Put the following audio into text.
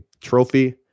trophy